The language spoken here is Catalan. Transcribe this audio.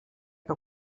que